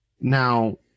Now